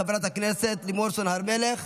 חברת הכנסת לימור סון הר מלך,